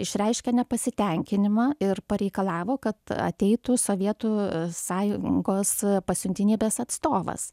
išreiškė nepasitenkinimą ir pareikalavo kad ateitų sovietų sąjungos pasiuntinybės atstovas